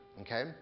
Okay